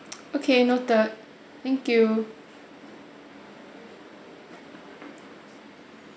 okay noted thank you